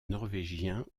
norvégien